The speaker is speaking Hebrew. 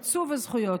עיצוב הזכויות,